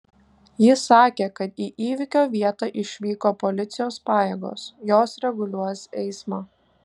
ji sakė kad į įvykio vietą išvyko policijos pajėgos jos reguliuos eismą